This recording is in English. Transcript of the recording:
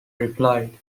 replied